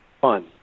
Fun